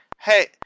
hey